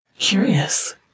Curious